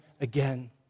again